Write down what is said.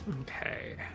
okay